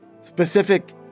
specific